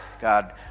God